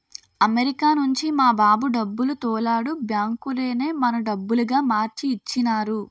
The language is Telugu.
అమెరికా నుంచి మా బాబు డబ్బులు తోలాడు బ్యాంకులోనే మన డబ్బులుగా మార్చి ఇచ్చినారు